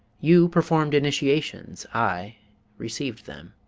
you performed initiations, i received them